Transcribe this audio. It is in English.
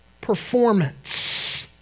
performance